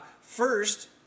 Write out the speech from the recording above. first